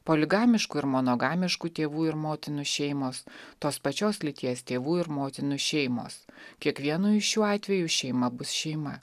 poligamiškų ir monogamiškų tėvų ir motinų šeimos tos pačios lyties tėvų ir motinų šeimos kiekvienu iš šių atvejų šeima bus šeima